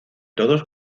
todos